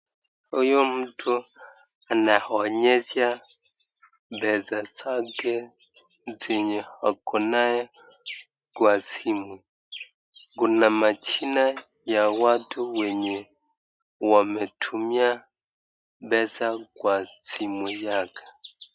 Huyu mtu anaonyesha pesa zake zenye ako naye kwa simu. Kuna majina ya watu wenye wametumia pesa kwa simu yake.